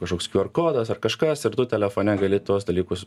kažkoks kjū er kodas ar kažkas ir tu telefone gali tuos dalykus